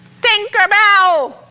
Tinkerbell